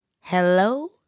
Hello